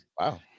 Wow